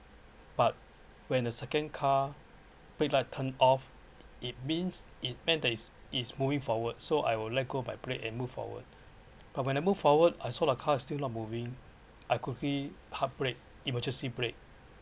but when the second car red light turn off it means it meant that is moving forward so I will let go my brake and move forward but when I move forward I saw the car still not moving I quickly hard brake emergency brake